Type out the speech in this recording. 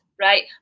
Right